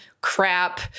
crap